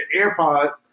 AirPods